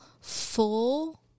full